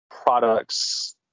products